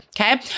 okay